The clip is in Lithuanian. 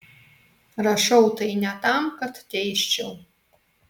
rašau tai ne tam kad teisčiau